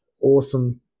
awesome